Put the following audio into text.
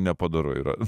nepadoru yra